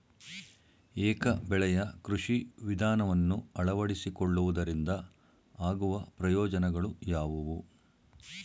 ಏಕ ಬೆಳೆಯ ಕೃಷಿ ವಿಧಾನವನ್ನು ಅಳವಡಿಸಿಕೊಳ್ಳುವುದರಿಂದ ಆಗುವ ಪ್ರಯೋಜನಗಳು ಯಾವುವು?